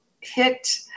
hit